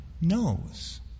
knows